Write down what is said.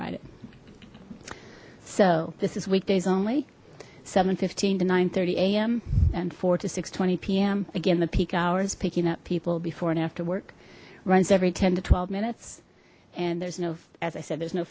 ride it so this is weekdays only seven fifteen to nine thirty a m and to six twenty p m again the peak hours picking up people before and after work runs every ten to twelve minutes and there's no as i said there's no